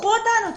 קחו אותנו,